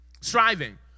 striving